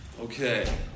Okay